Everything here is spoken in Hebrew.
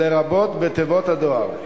לרבות בתיבות הדואר.